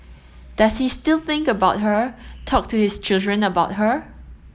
does he still think about her talk to his children about her